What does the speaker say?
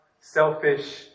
selfish